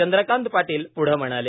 चंद्रकांत पाटील प्ढं म्हणाले